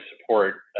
support